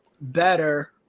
better